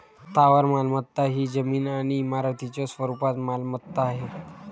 स्थावर मालमत्ता ही जमीन आणि इमारतींच्या स्वरूपात मालमत्ता आहे